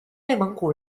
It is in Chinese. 内蒙古